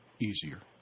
easier